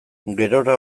gerora